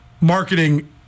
marketing